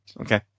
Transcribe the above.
Okay